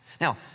Now